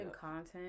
content